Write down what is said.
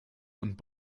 und